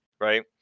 right